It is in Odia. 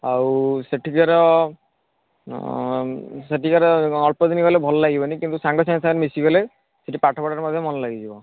ଆଉ ସେଠିକାର ସେଠିକାର ଅଳ୍ପ ଦିନ ଗଲେ ଭଲ ଲାଗିବନି କିନ୍ତୁ ସାଙ୍ଗ ସାଥୀ ସାଙ୍ଗରେ ମିଶିଗଲେ ସେଠି ପାଠ ପଢ଼ାରେ ମଧ୍ୟ ମନ ଲାଗିଯିବ